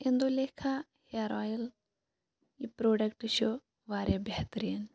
Indulekha hair oil یہِ product چھُ واریاہ بہتریٖن